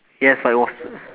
yes but it was